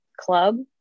club